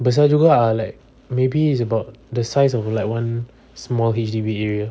besar juga ah like maybe it's about the size of like one small H_D_B area